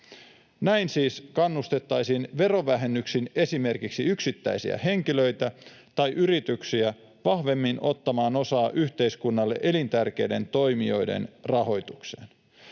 Näin siis kannustettaisiin verovähennyksin esimerkiksi yksittäisiä henkilöitä tai yrityksiä vahvemmin ottamaan osaa yhteiskunnalle elintärkeiden toimijoiden rahoitukseen.